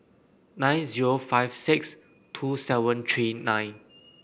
nine zero five six two seven three nine